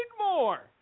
more